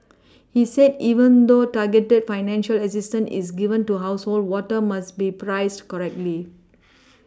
he said even though targeted financial assistance is given to household water must be priced correctly